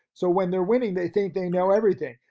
so when they're winning, they think they know everything.